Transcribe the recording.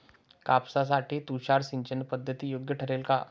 कापसासाठी तुषार सिंचनपद्धती योग्य ठरेल का?